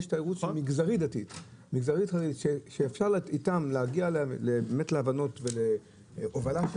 יש תיירות שהיא מגזרית שאפשר להגיע איתם להבנות ולהובלה של